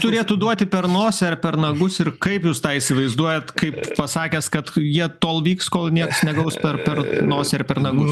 turėtų duoti per nosį ar per nagus ir kaip jūs tą įsivaizduojat kaip pasakęs kad jie tol vyks kol nieks negaus per per nosį ar per nagus